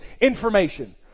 information